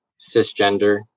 cisgender